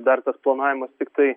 dar tas planavimas tiktai